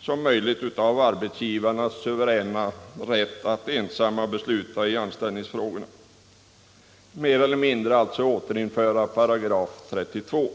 som möjligt av arbetsgivarnas suveräna rätt att ensamma besluta i anställningsfrågor, dvs. mer eller mindre återinföra § 32?